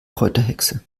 kräuterhexe